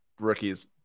rookies